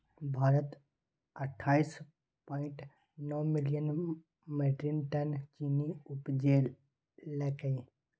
भारत अट्ठाइस point nine million metric ton चीन्नी उपजेलकै